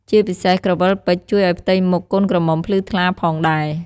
ជាពិសេសក្រវិលពេជ្រជួយឲ្យផ្ទៃមុខកូនក្រមុំភ្លឺថ្លាផងដែរ។